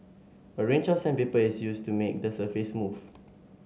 a range of sandpaper is used to make the surface smooth